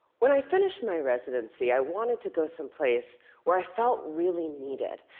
when i finished my residency, i wanted to go someplace where i felt really needed,